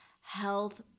health